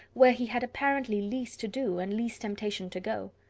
where he had apparently least to do, and least temptation to go.